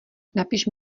napiš